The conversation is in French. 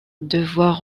devoir